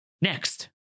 next